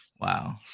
Wow